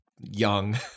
young